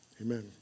amen